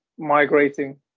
Migrating